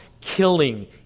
killing